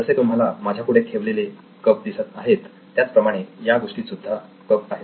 जसे तुम्हाला माझ्यापुढे ठेवलेले कप दिसत आहेत त्याचप्रमाणे या गोष्टीत सुद्धा कप आहेत